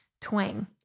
twang